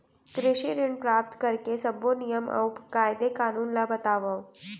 कृषि ऋण प्राप्त करेके सब्बो नियम अऊ कायदे कानून ला बतावव?